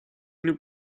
nous